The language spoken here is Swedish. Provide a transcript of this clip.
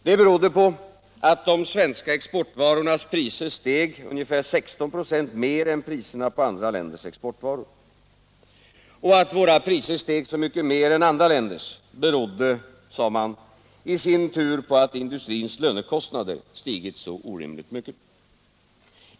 Det berodde på att de svenska exportvarornas priser steg ca 16 96 mer än priserna på andra länders exportvaror. Och att våra priser steg så mycket mer än andra länders berodde, sade man, i sin tur på att industrins lönekostnader stigit så orimligt mycket.